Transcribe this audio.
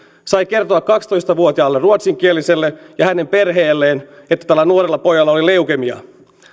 sai kertoa kaksitoista vuotiaalle ruotsinkieliselle ja hänen perheelleen että tällä nuorella pojalla oli leukemia